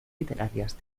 literarias